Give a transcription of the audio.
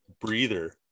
breather